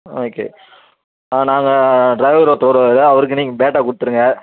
okay நாங்கள் driver ஒருத்தர் வருவார் அவருக்கு நீங்கள் பேட்டா கொடுத்துருங்க